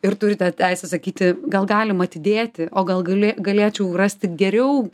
ir turite teisę sakyti gal galim atidėti o gal gali galėčiau rasti geriau